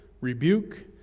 rebuke